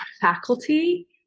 faculty